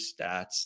stats